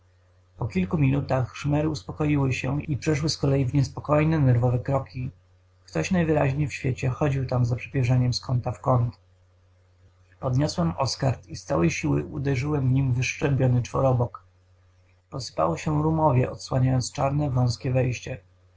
po kilku minutach szmery uspokoiły się i przeszły z kolei w niespokojne nerwowe kroki ktoś najwyraźniej w świecie chodził tam za przepierzeniem z kąta w kąt podniosłem oskard i z całej siły uderzyłem nim w wyszczerbiony czworobok posypało się rumowie odsłaniając czarne wązkie wejście